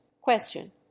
Question